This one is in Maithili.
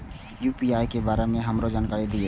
यू.पी.आई के बारे में हमरो जानकारी दीय?